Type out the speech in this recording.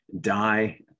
die